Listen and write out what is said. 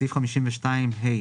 בסעיף 52ד(ה),